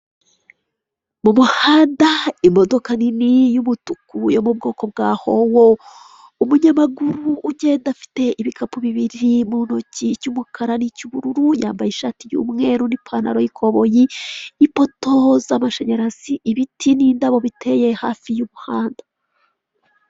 Inyubako ifite ibara ry'umweru ifite n'amadirishya y'umukara arimo utwuma, harimo amarido afite ibara ry'ubururu ndetse n'udutebe, ndetse hari n'akagare kicaramo abageze mu za bukuru ndetse n'abamugaye, harimo n'ifoto imanitsemo muri iyo nyubako.